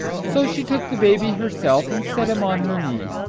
so she took the baby herself, and set him on her knee.